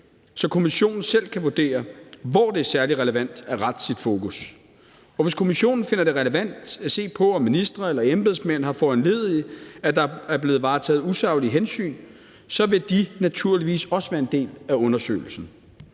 så kommissionen selv kan vurdere, hvor det er særlig relevant at rette sit fokus. Hvis kommissionen finder det relevant at se på, om ministre eller embedsmænd har foranlediget, at der er blevet varetaget usaglige hensyn, så vil de naturligvis også være en del af undersøgelsen.